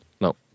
No